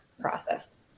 process